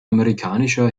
amerikanischer